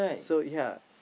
so yea